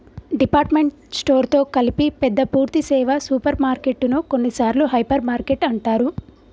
department store తో కలిపి పెద్ద పూర్థి సేవ సూపర్ మార్కెటు ను కొన్నిసార్లు హైపర్ మార్కెట్ అంటారు